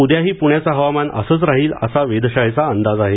उद्याही पुण्याचं हवामान असंच राहील असा वेधशाळेचा अंदाज आहे